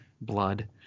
blood